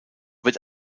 wird